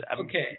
Okay